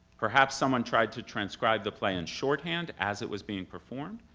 perhaps someone tried to transcribe the play in shorthand as it was being performed,